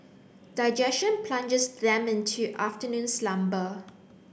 digestion plunges them into afternoon slumber